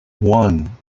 one